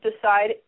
decide